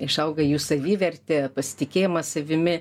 išauga jų savivertė pasitikėjimas savimi